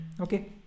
Okay